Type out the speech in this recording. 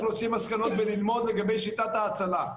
להוציא מסקנות וללמוד אותן לגבי שיטת ההצלה.